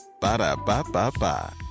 Ba-da-ba-ba-ba